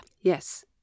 Yes